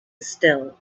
still